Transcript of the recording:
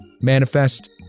manifest